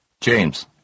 james